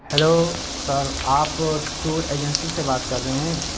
hello sir آپ tour agency سے بات کر رہے ہیں